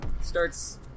starts